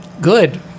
good